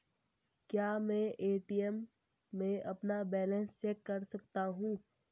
क्या मैं ए.टी.एम में अपना बैलेंस चेक कर सकता हूँ?